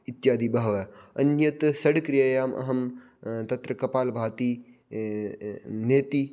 इत्यादि बहवः अन्यत् षड् क्रियायाम् अहं तत्र कपालभातिः नेतिः